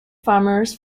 farmers